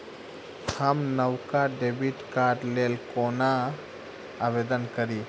हम नवका डेबिट कार्डक लेल कोना आवेदन करी?